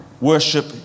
worship